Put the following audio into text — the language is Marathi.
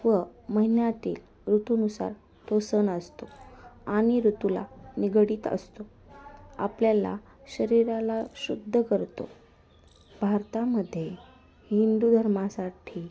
व महिन्यातील ऋतूनुसार तो सण असतो आणि ऋतूला निगडीत असतो आपल्याला शरीराला शुद्ध करतो भारतामध्ये हिंदू धर्मासाठी